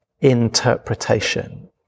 interpretation